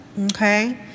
okay